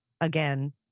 again